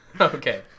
Okay